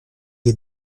les